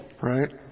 right